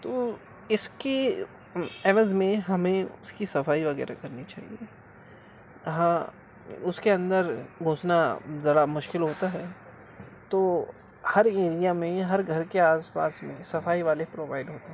تو اس کے عوض میں ہمیں اس کی صفائی وغیرہ کرنی چاہیے ہاں اس کے اندر گھسنا ذرا مشکل ہوتا ہے تو ہر ایریا میں ہر گھر کے آس پاس میں صفائی والے پرووائڈ ہوتے ہیں